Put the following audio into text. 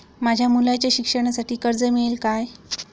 माझ्या मुलाच्या शिक्षणासाठी कर्ज मिळेल काय?